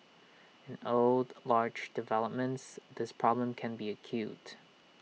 in old large developments this problem can be acute